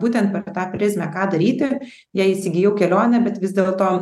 būtent per tą prizmę ką daryti jei įsigijau kelionę bet vis dėlto dūmų kamuoja tam tikras nerimas ir nelabai norėčiau